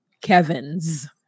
Kevin's